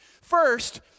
First